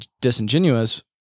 disingenuous